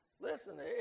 listen